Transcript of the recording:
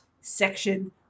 section